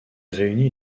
réunit